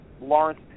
lawrence